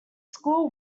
school